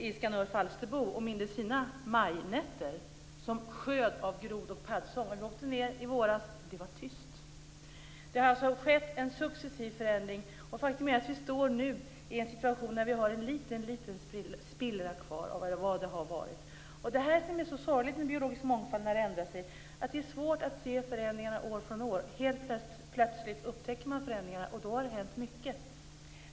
Han är uppfödd där, och han mindes sina majnätter som sjöd av grod och paddsång. När vi åkte dit i våras var det tyst. Det har alltså skett en successiv förändring. Faktum är att vi nu är i en situation när vi har en liten spillra kvar av vad det har varit. Det är det här som är så sorgligt med biologisk mångfald när det ändrar sig. Det är svårt att se förändringarna år från år. Helt plötsligt upptäcker man förändringarna och då har det hänt mycket.